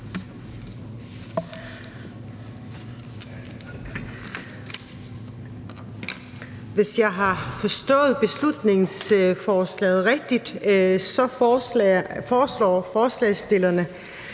Hvis jeg har forstået beslutningsforslaget rigtigt, foreslår forslagsstillerne,